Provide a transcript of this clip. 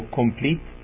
complete